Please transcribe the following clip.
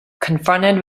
confronted